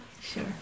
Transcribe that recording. sure